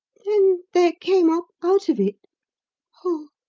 then there came up out of it oh,